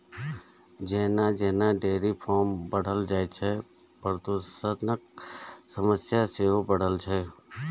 जेना जेना dairy farm बढ़ल जाइ छै, प्रदूषणक समस्या सेहो बढ़ै छै